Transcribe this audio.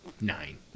nine